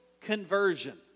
conversion